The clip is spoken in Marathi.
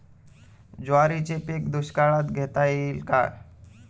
ज्वारीचे पीक दुष्काळात घेता येईल का?